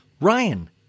Ryan